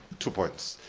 two points,